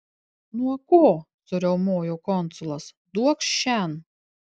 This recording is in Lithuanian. nuo ko suriaumojo konsulas duokš šen